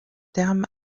terme